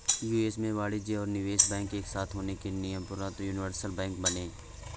US में वाणिज्यिक और निवेश बैंक एक साथ होने के नियम़ोंपरान्त यूनिवर्सल बैंक बने